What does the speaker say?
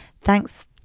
Thanks